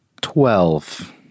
Twelve